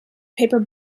paper